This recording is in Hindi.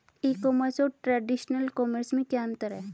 ई कॉमर्स और ट्रेडिशनल कॉमर्स में क्या अंतर है?